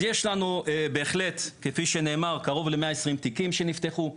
יש לנו בהחלט כפי שנאמר קרוב ל- 120 תיקים שנפתחו.